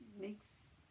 makes